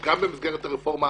גם במסגרת הרפורמה,